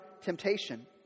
temptation